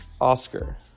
Oscar